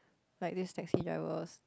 like this taxi driver's